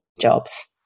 jobs